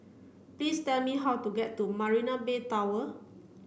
please tell me how to get to Marina Bay Tower